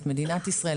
את מדינת ישראל,